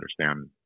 understand